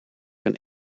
een